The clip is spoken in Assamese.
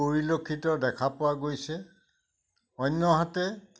পৰিলক্ষিত দেখা পোৱা গৈছে অন্যহাতে